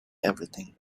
everything